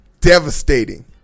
devastating